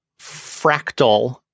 fractal